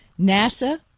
NASA